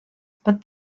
but